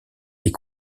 est